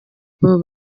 babo